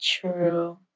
True